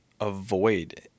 avoid